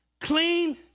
clean